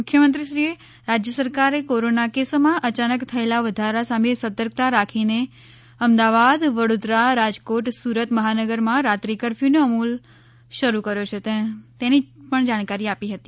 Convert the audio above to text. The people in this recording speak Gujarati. મુખ્યમંત્રીશ્રીએ રાજય સરકારે કોરોના કેસોમાં અચાનક થયેલા વધારા સામે સતર્કતા રાખીને અમદાવાદ વડોદરા રાજકોટ સુરત મહાનગરમાં રાત્રિ કરફયુનો અમલ શરૂ કર્યો છે તેની પણ જાણકારી આપી હતી